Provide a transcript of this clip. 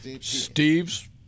Steve's